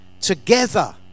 together